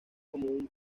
como